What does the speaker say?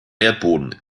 erdboden